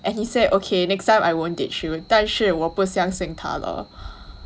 and he said okay next time I won't ditch you 但是我不相信他了